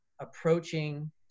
approaching